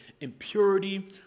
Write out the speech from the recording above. impurity